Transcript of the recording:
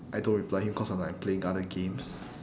I don't reply him cause I'm like playing other games